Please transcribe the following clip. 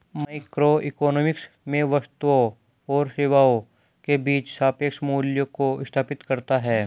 microeconomics में वस्तुओं और सेवाओं के बीच सापेक्ष मूल्यों को स्थापित करता है